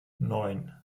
neun